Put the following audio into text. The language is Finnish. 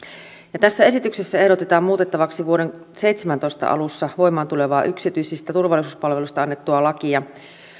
tässä esityksessä ehdotetaan muutettavaksi vuoden seitsemäntoista alussa voimaan tulevaa yksityisistä turvallisuuspalveluista annettua lakia